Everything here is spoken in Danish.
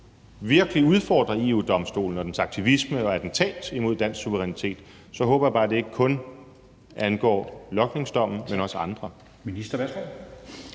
virkelig udfordrede EU-Domstolen og dens aktivisme og attentat imod dansk suverænitet. Så håber jeg bare, at det ikke kun angår logningsdommen, men også andre.